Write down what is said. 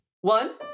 One